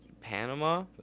Panama